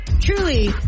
Truly